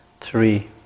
three